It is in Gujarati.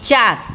ચાર